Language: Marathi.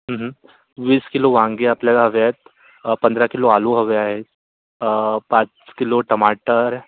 वीस किलो वांगे आपल्याला हवे आहेत पंधरा किलो आलू हवे आहेत पाच किलो टमाटर